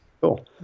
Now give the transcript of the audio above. Cool